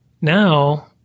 Now